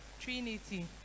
Trinity